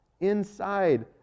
Inside